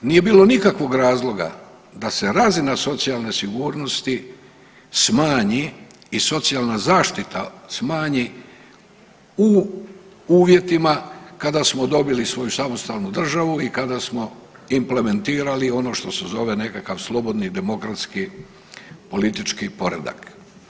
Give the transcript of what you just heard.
Nije bilo nikakvog razloga da se razina socijalne sigurnosti smanji i socijalna zaštita smanji u uvjetima kada smo dobili svoju samostalnu državu i kada smo implementirali ono što se zove nekakav slobodni demokratski politički poredak.